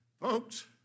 Folks